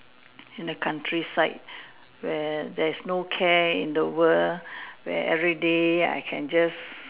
in the countryside where there is no care in the world where everyday I can just